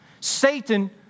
Satan